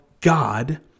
God